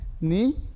Ni